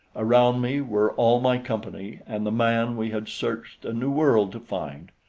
around me were all my company and the man we had searched a new world to find.